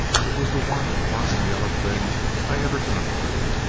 it was the one rotten yaller thing i ever done, lew!